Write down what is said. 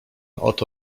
oto